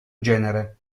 genere